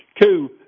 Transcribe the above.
Two